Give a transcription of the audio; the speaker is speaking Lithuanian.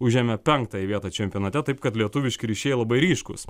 užėmė penktąją vietą čempionate taip kad lietuviški ryšiai labai ryškūs